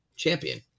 champion